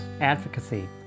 advocacy